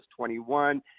21